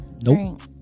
Nope